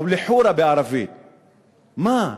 או לחורה,